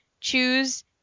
choose